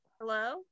Hello